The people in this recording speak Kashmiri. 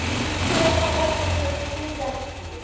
شُراہ سداہ ساس رۄپیہِ تہِ ما گژھہِ گٲڑۍ